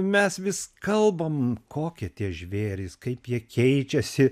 mes vis kalbame kokie tie žvėrys kaip jie keičiasi